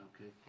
Okay